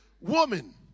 woman